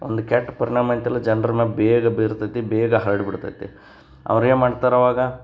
ಒಂದು ಕೆಟ್ಟ ಪರಿಣಾಮ ಐತಲ್ಲ ಜನ್ರ ಮೇಲೆ ಬೇಗ ಬೀರ್ತತಿ ಬೇಗ ಹರ್ಡಿಬಿಡ್ತತಿ ಅವ್ರೇನು ಮಾಡ್ತಾರೆ ಅವಾಗ